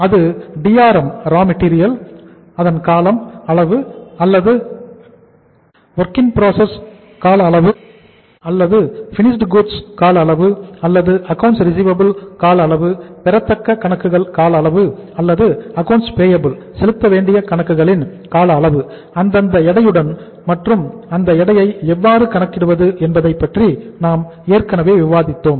அது Drm அதாவது raw material அதாவது செலுத்தவேண்டிய கணக்குகளின் கால அளவு அந்தந்த எடையுடன் மற்றும் அந்த எடையை எவ்வாறு கணக்கிடுவது என்பதை பற்றி நாம் ஏற்கனவே விவாதித்தோம்